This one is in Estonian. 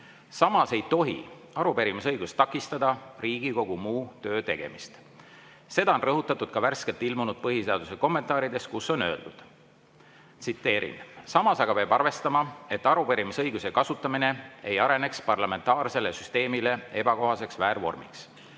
Samas ei tohi arupärimisõigus takistada Riigikogu muu töö tegemist. Seda on rõhutatud ka värskelt ilmunud põhiseaduse kommentaarides, kus on öeldud: "Samas aga peab arvestama, et arupärimisõiguse kasutamine ei areneks parlamentaarsele süsteemile ebakohaseks väärvormiks.